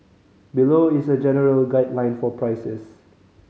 below is a general guideline for prices